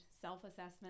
self-assessment